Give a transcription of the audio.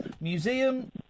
Museum